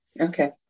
Okay